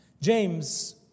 James